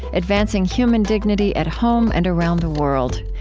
advancing human dignity at home and around the world.